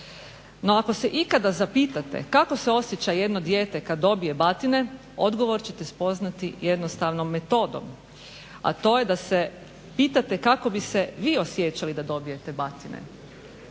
No ako se ikada zapitate kako se osjeća jedno dijete kad dobije batine odgovor ćete spoznati jednostavnom metodom, a to je da se pitate kako bi se vi osjećali da dobijete batine?